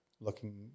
looking